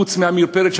חוץ מעמיר פרץ,